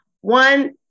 One